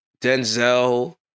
Denzel